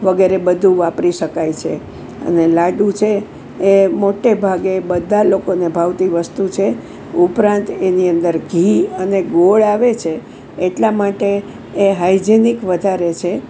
વગેરે બધું વાપરી શકાય છે અને લાડુ છે એ મોટે ભાગે બધા લોકોને ભાવતી વસ્તુ છે ઉપરાંત એની અંદર ઘી અને ગોળ આવે છે એટલા માટે એ હાઇજેનિક વધારે છે